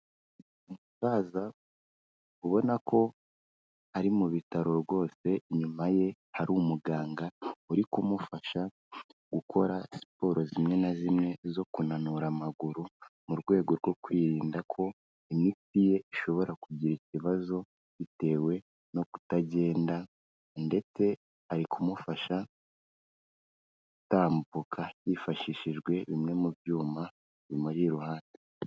Umusaza ubona ko ari mu bitaro rwose inyuma ye hari umuganga uri kumufasha gukora siporo zimwe na zimwe zo kunanura amaguru, mu rwego rwo kwirinda ko imitsi ye ishobora kugira ikibazo bitewe no kutagenda, ndetse ari kumufasha gutambuka hifashishijwe bimwe mu byuma bimuri iruhande.